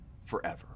forever